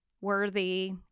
worthy